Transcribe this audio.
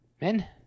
Men